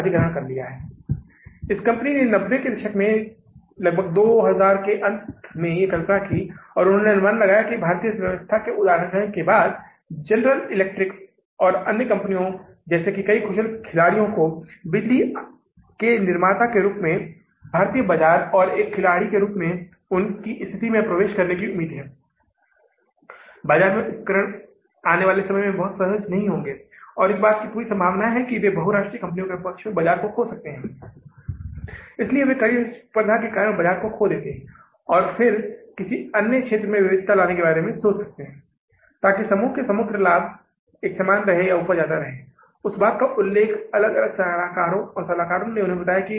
परिचालन बजट परिचालन बजट का अंत है परिचालन बजट की शुरुआत बिक्री पूर्वानुमान के साथ होती है इसका मतलब है कि हम बाजार में जो बिक्री करने जा रहे हैं उसका आकलन करते हैं फिर हम संबंधित अनुसूचीबिक्री अनुसूची फिर बिक्री संग्रह अनुसूची ख़रीद अनुसूची ख़रीद संवितरण अन्य व्यय अनुसूची तैयार करते हैं और परिचालन बजट का अंत आय विवरण या बजटीय लाभ और हानि खाता है